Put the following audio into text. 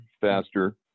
faster